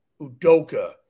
Udoka